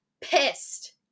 Pissed